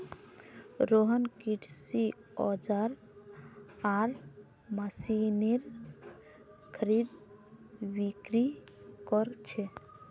रोहन कृषि औजार आर मशीनेर खरीदबिक्री कर छे